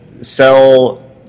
sell